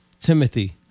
Timothy